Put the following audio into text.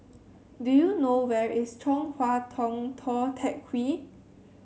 do you know where is Chong Hua Tong Tou Teck Hwee